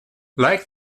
like